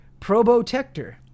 Probotector